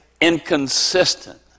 inconsistent